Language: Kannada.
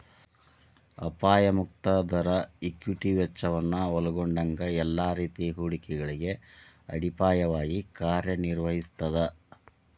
ಅಪಾಯ ಮುಕ್ತ ದರ ಈಕ್ವಿಟಿ ವೆಚ್ಚವನ್ನ ಒಲ್ಗೊಂಡಂಗ ಎಲ್ಲಾ ರೇತಿ ಹೂಡಿಕೆಗಳಿಗೆ ಅಡಿಪಾಯವಾಗಿ ಕಾರ್ಯನಿರ್ವಹಿಸ್ತದ